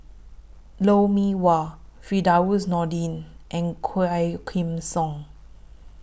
Lou Mee Wah Firdaus Nordin and Quah Kim Song